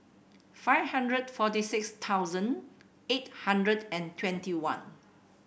five hundred forty six thousand eight hundred and twenty one